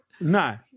No